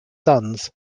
sons